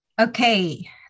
Okay